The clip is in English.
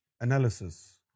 analysis